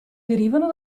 derivano